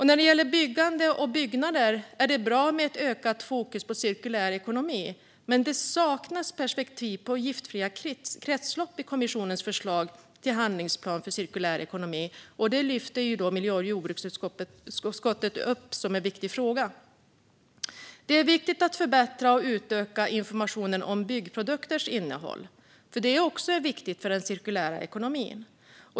När det gäller byggande och byggnader är det bra med ett ökat fokus på cirkulär ekonomi, men det saknas perspektiv på giftfria kretslopp i kommissionens förslag till handlingsplan för cirkulär ekonomi. Det lyfter miljö och jordbruksutskottet upp som en viktig fråga. Det är viktigt att förbättra och utöka informationen om byggprodukters innehåll, också för den cirkulära ekonomin.